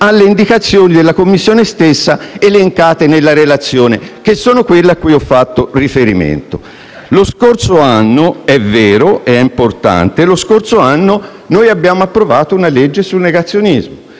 alle indicazioni della Commissione stessa, elencate nella relazione (che sono quelle a cui ho fatto riferimento). Lo scorso anno - è vero ed è importante - abbiamo approvato una legge con cui abbiamo